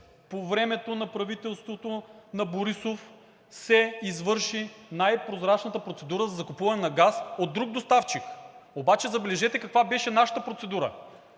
по времето на правителството на Борисов се извърши най-прозрачната процедура за закупуване на газ от друг доставчик. Обаче забележете каква беше нашата процедура?